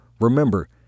Remember